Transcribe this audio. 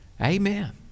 amen